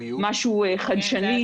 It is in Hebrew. משהו חדשני,